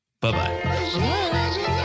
Bye-bye